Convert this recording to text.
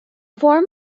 form